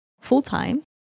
full-time